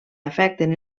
afecten